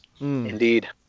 Indeed